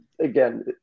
Again